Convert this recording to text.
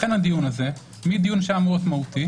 לכן הדיון הזה מדיון שהיה אמור להיות מהותי